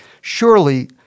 surely